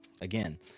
Again